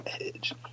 edge